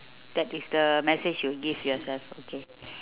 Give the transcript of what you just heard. that is the message you will give yourself okay